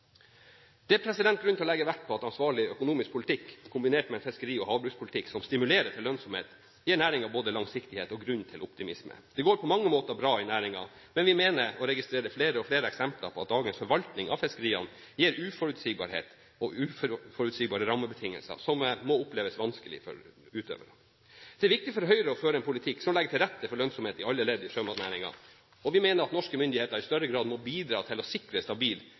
er grunn til å legge vekt på at ansvarlig økonomisk politikk, kombinert med en fiskeri- og havbrukspolitikk som stimulerer til lønnsomhet, gir næringen både langsiktighet og grunn til optimisme. Det går på mange måter bra i næringen, men vi mener å registrere flere og flere eksempler på at dagens forvaltning av fiskeriene gir uforutsigbarhet og uforutsigbare rammebetingelser som må oppleves vanskelig for utøverne. Det er viktig for Høyre å føre en politikk som legger til rette for lønnsomhet i alle ledd i sjømatnæringen, og vi mener at norske myndigheter i større grad må bidra til å sikre stabil